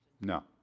No